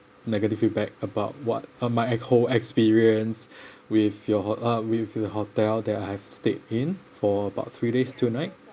negative feedback about what uh my e~ whole experience with your ho~ uh with your hotel that I have stayed in for about three days two night